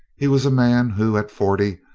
here was a man who, at forty,